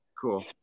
Cool